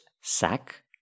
sack